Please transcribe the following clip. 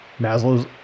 Maslow's